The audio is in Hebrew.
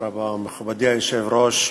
מכובדי היושב-ראש,